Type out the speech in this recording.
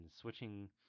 switching